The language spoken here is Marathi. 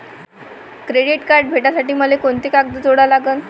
क्रेडिट कार्ड भेटासाठी मले कोंते कागद जोडा लागन?